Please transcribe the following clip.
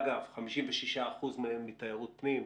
אגב, 56% מהם מתיירות פנים.